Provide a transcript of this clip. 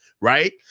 right